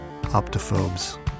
Optophobes